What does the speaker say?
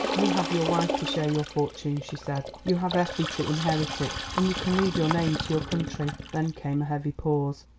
you have your wife to share your fortune, she said you have effie to inherit it, and you can leave your name to your country. then came a heavy pause.